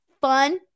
fun